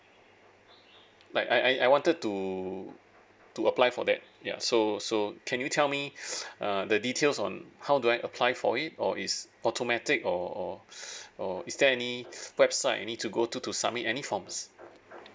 like I I wanted to to apply for that ya so so can you tell me uh the details on how do I apply for it or it's automatic or or or is there any website for me to go to to submit any forms